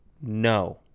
No